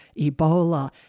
Ebola